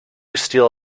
steal